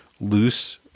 loose